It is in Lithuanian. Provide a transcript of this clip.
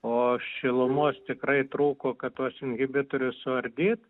o šilumos tikrai trūko kad tuos inhibitorius suardyt